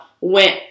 went